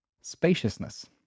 spaciousness